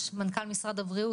אני בוועד המנהל של עמותת סוטריה,